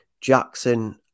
Jackson